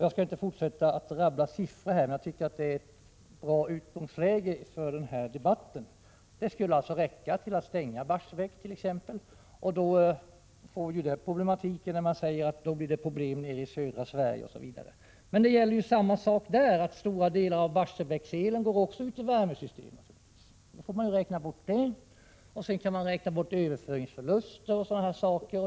Jag skall inte fortsätta att rabbla siffror, men jag tycker att detta är ett bra utgångsläge för debatten. Detta skulle räcka för att stänga t.ex. Barsebäck. Det ger ett annat ljus åt uttalandena att det blir problem nere i södra Sverige. Det gäller samma sak där: stora delar av Barsebäckselen går också ut i värmesystemet. Då får vi räkna bort det, och sedan kan vi räkna bort överföringsförluster o. d.